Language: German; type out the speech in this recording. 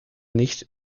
nicht